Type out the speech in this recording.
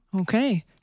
Okay